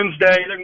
Wednesday